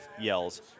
yells